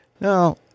Now